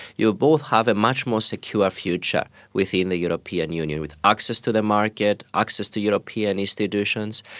you both have a much more secure future within the european union, with access to the market, access to european institutions.